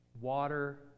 water